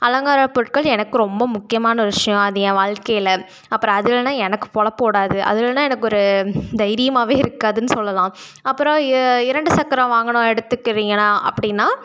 அலங்கார பொருட்கள் எனக்கு ரொம்ப முக்கியமான ஒரு விஷயம் அது ஏன் வாழ்க்கையில் அப்புறம் அது இல்லைன்னா எனக்கு பொழப்பு ஓடாது அது இல்லைன்னா எனக்கு ஒரு தைரியமாகவே இருக்காதுன்னு சொல்லலாம் அப்புறோம் இ இரண்டு சக்கர வாகனம் எடுத்துக்கிறீங்கன்னா அப்படின்னா